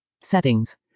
Settings